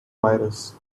virus